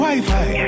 Wi-Fi